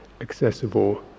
accessible